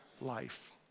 life